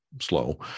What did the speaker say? slow